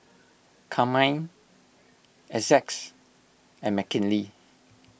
Carmine Essex and Mckinley